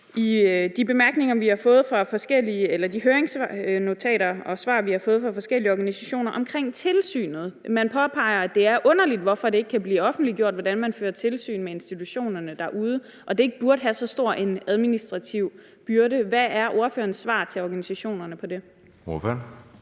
i de høringsnotater og svar, vi har fået fra forskellige organisationer om tilsynet. Man påpeger, at det er underligt, hvorfor det ikke kan blive offentliggjort, hvordan man fører tilsyn med institutionerne derude, og at det ikke burde medføre så stor en administrativ byrde. Hvad er ordførerens svar til organisationerne på det? Kl.